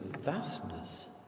vastness